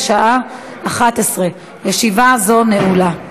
בשעה 11:00. ישיבה זו נעולה.